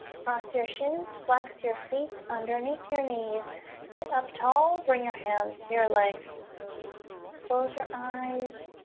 cross your shins flex your feet underneath your knees sit up. tall bring your hands to your legs close your eyes